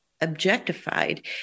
objectified